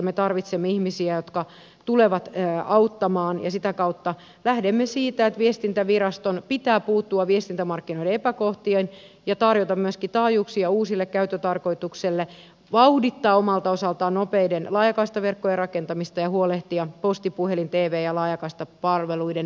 me tarvitsemme ihmisiä jotka tulevat auttamaan ja sitä kautta lähdemme siitä että viestintäviraston pitää puuttua viestintämarkkinoiden epäkohtiin ja tarjota myöskin taajuuksia uusille käyttötarkoituksille vauhdittaa omalta osaltaan nopeiden laajakaistaverkkojen rakentamista ja huolehtia posti puhelin tv ja laajakaistapalveluiden vähimmäistasosta